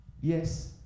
Yes